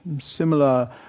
similar